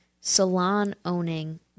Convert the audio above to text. salon-owning